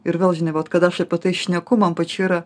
ir vėl žinai vat kad aš apie tai šneku man pačiai yra